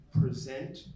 present